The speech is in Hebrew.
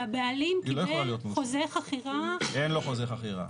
והבעלים קיבל חוזה חכירה -- אין לו חוזר חכירה.